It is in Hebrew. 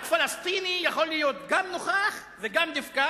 רק פלסטיני יכול להיות גם נוכח וגם נפקד,